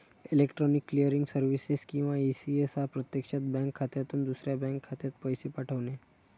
electronic clearing services किंवा ECS हा प्रत्यक्षात बँक खात्यातून दुसऱ्या बँक खात्यात पैसे पाठवणे